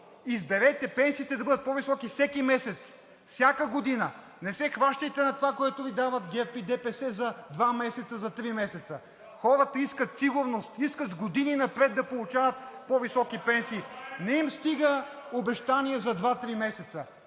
изберете пенсиите да бъдат по-високи всеки месец, всяка година. Не се хващайте на това, което Ви дават ГЕРБ и ДПС за два месеца, за три месеца. Хората искат сигурност, искат с години напред да получават по-високи пенсии. (Шум и реплики.) Не им стига обещание за два-три месеца.